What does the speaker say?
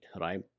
right